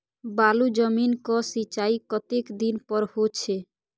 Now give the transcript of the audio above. बालू जमीन क सीचाई कतेक दिन पर हो छे?